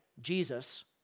Jesus